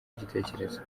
igitekerezo